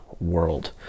world